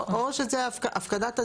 או הפקדת הזרע.